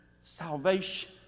salvation